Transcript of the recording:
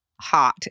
Hot